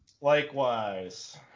Likewise